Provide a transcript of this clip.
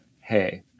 hey